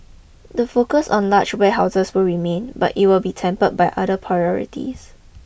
the focus on large warehouses will remain but it will be tempered by other priorities